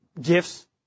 gifts